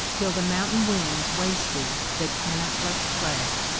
till the mountain winds wasted the tenantless clay.